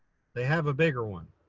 they have a bigger one.